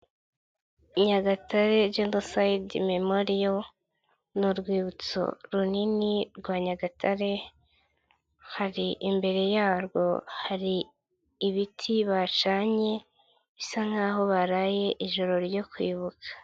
Nyagatare jenoside memoriyo ni urwibutso runini rwa Nyagatare hari imbere yarwo hari ibiti bacanye bisa nkaho baraye ijoro ryo kwibuka.